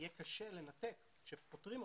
כשפותרים אותם,